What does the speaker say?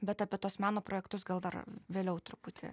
bet apie tuos meno projektus gal dar vėliau truputį